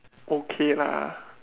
okay lah